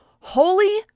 Holy